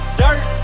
dirt